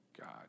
God